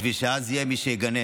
בשביל שאז יהיה מי שיגנה.